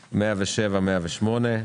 - 107,108.